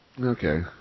Okay